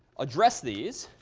address these.